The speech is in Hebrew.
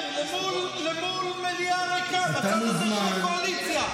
שאלה לייעוץ המשפטי של המליאה: